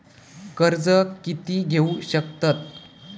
कर्ज कीती घेऊ शकतत?